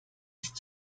ist